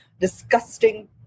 disgusting